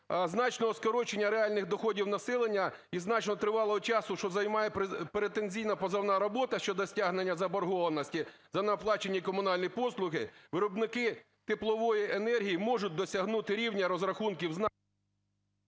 значного скорочення реальних доходів населення і значно тривалого часу, що займає претензійна позовна робота щодо стягнення заборгованості за неоплачені комунальні послуги, виробники теплової енергії можуть досягнути рівня розрахунків з...